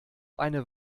eine